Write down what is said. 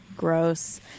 Gross